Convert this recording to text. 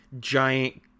giant